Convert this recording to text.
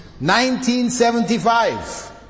1975